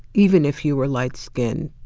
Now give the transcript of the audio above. even if you were light-skinned,